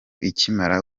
ikimara